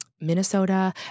Minnesota